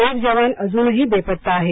एक जवान अजूनही बेपत्ता आहे